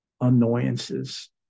annoyances